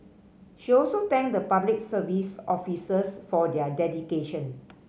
she also thanked the Public Service officers for their dedication